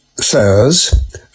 says